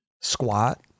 squat